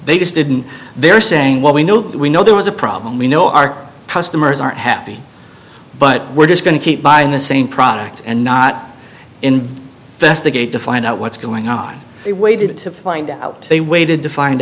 they just didn't they're saying what we know we know there was a problem we know our customers aren't happy but we're just going to keep buying the same product and not in first the gate to find out what's going on we waited to find out they waited to find